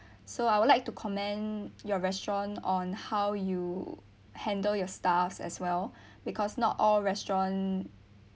so I would like to commend your restaurant on how you handle your staffs as well because not all restaurant